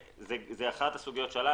אחת הסוגיות שעלתה,